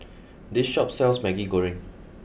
this shop sells Maggi Goreng